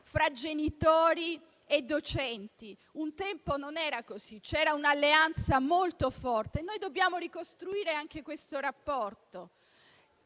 fra genitori e docenti; un tempo non era così, c'era un'alleanza molto forte. Noi dobbiamo ricostruire anche questo rapporto.